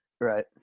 Right